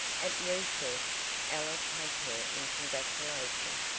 at recess alice hugged her in congratulation.